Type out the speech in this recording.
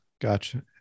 Gotcha